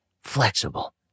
flexible